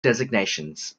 designations